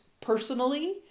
personally